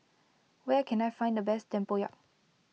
where can I find the best Tempoyak